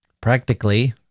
practically